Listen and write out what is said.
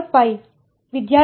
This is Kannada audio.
ಏಕೆ −π